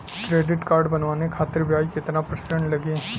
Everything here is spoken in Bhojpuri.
क्रेडिट कार्ड बनवाने खातिर ब्याज कितना परसेंट लगी?